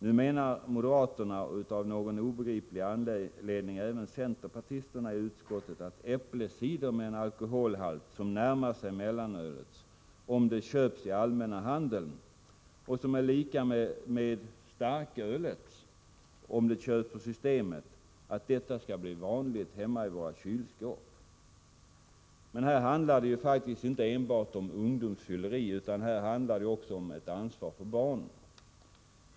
Nu menar moderaterna, och av någon obegriplig anledning även centerpartisterna i utskottet, att äppelcider med en alkoholhalt, som närmar sig mellanölets om cidern är köpt i allmänna handeln och som är lika med starkölets om cidern köps på systemet, skall bli vanlig hemma i våra kylskåp. Här handlar det faktiskt inte enbart om ungdomsfylleri utan också om ett ansvar för barnen.